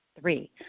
Three